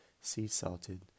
sea-salted